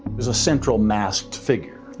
there's a central masked figure?